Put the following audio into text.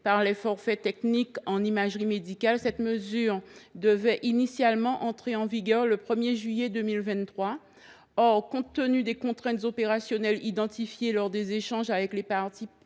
par les forfaits techniques en imagerie médicale. Cette mesure devait initialement entrer en vigueur le 1 juillet 2023. Or, compte tenu des contraintes opérationnelles identifiées lors des échanges avec les parties prenantes,